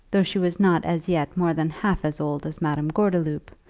though she was not as yet more than half as old as madame gordeloup,